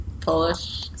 Polish